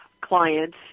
clients